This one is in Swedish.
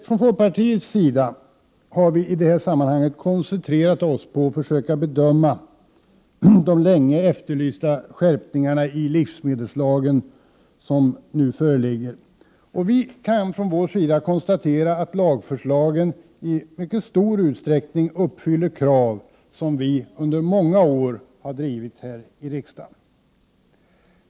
Från folkpartiets sida har vi i detta sammanhang koncentrerat oss på att försöka bedöma de länge efterlysta skärpningar i livsmedelslagen som nu föreslås. Vi kan från vår sida konstatera att lagförslagen i stor utsträckning uppfyller krav som vi under många år har drivit här i riksdagen.